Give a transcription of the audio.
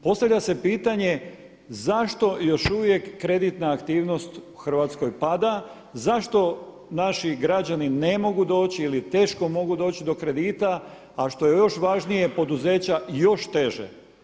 Postavlja se pitanje, zašto još uvijek kreditna aktivnost u Hrvatskoj pada, zašto naši građani ne mogu doći ili teško mogu doći do kredita, a što je još važnije poduzeća još teže?